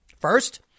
First